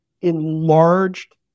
enlarged